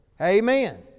Amen